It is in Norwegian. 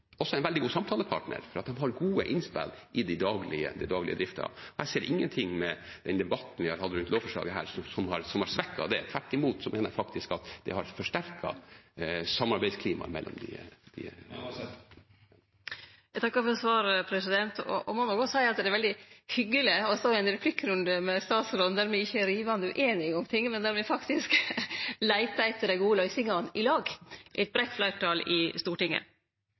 at de har gode innspill i den daglige driften. Jeg ser ingenting med den debatten vi har hatt rundt dette lovforslaget, som har svekket det – tvert imot mener jeg faktisk at det har forsterket samarbeidsklimaet mellom dem. Eg takkar for svaret, og eg må òg seie at det er veldig hyggeleg å stå i ein replikkrunde med statsråden der me ikkje er rivande ueinige om ting, men der me faktisk leitar etter dei gode løysingane i lag, i eit breitt fleirtal i Stortinget.